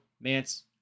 Mance